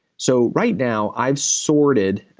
so right now, i've sorted